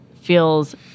feels